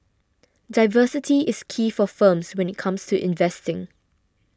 diversity is key for firms when it comes to investing